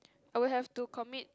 I will have to commit